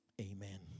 Amen